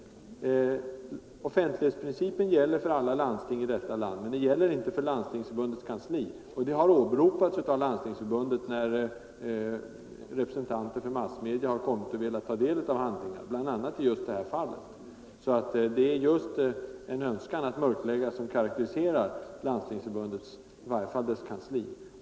Offentlighetsprincipen gäller för alla landsting här i landet, men den gäller inte för Landstingsförbundets kansli, och det har åberopats av Landstingsförbundet när representanter för massmedia har velat ta del av handlingar, bl.a. i det fall som vi här diskuterar. Därför är det just en önskan att mörklägga som karakteriserar Landstingsförbundet — eller i varje fall dess kansli.